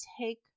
take